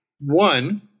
one